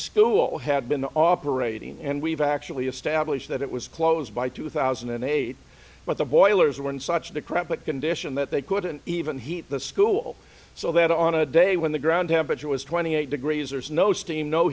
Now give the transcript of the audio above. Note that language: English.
school had been operating and we've actually established that it was closed by two thousand and eight but the boilers were in such decrepit condition that they couldn't even heat the school so that on a day when the ground temperature was twenty eight degrees or so no